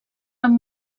van